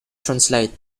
translate